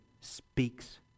speaks